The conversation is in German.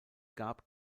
gab